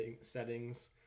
settings